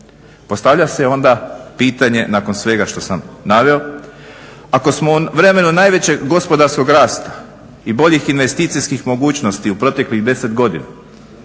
Postavlja se onda pitanje nakon svega što sam naveo ako smo u vremenu najvećeg gospodarskog rasta i boljih investicijskih mogućnosti u proteklih 10 godina